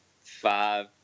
five